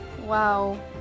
Wow